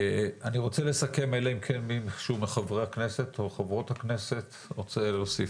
אני רוצה לסכם אלא אם כן מישהו מחברי הכנסת רוצה להוסיף.